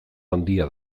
handia